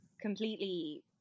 completely